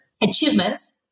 achievements